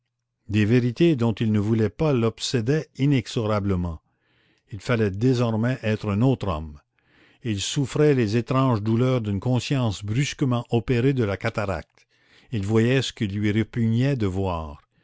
des vérités dont il ne voulait pas l'obsédaient inexorablement il fallait désormais être un autre homme il souffrait les étranges douleurs d'une conscience brusquement opérée de la cataracte il voyait ce qu'il lui répugnait de voir